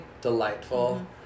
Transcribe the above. Delightful